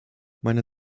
meine